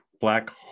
Black